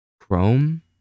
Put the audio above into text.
Chrome